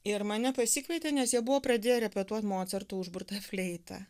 ir mane pasikvietė nes jie buvo pradėję repetuot mocarto užburtą fleitą